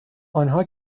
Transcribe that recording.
آنها